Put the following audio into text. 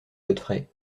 godfrey